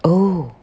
oh